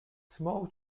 small